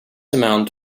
amount